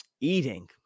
eating